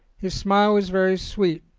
his smile was very sweet.